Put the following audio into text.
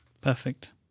Perfect